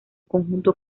conjunto